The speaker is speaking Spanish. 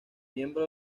miembro